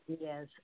Yes